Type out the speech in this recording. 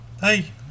Hey